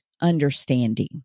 understanding